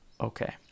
Okay